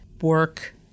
work